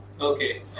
Okay